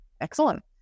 excellent